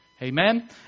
Amen